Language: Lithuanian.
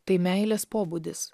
tai meilės pobūdis